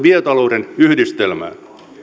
biotalouden yhdistelmään